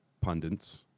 pundits